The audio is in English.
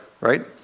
right